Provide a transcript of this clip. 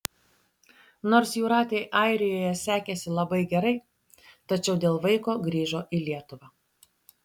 nors jūratei airijoje sekėsi labai gerai tačiau dėl vaiko grįžo į lietuvą